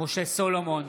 משה סולומון,